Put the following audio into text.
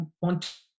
want